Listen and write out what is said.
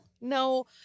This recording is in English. No